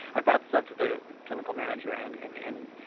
i brought stuff to the clinical manager, and and and